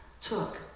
took